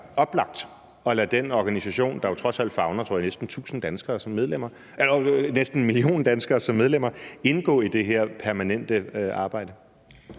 at lade den organisation, der jo trods alt favner, tror jeg, næsten en million danskere som medlemmer, indgå i det her permanente arbejde?